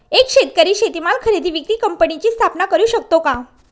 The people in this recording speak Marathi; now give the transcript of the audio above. एक शेतकरी शेतीमाल खरेदी विक्री कंपनीची स्थापना करु शकतो का?